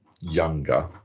younger